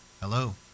hello